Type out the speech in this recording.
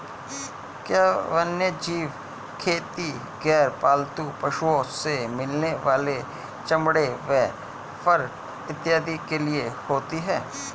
क्या वन्यजीव खेती गैर पालतू पशुओं से मिलने वाले चमड़े व फर इत्यादि के लिए होती हैं?